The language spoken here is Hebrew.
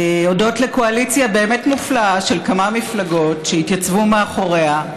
הודות לקואליציה באמת מופלאה של כמה מפלגות שהתייצבו מאחוריה,